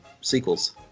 sequels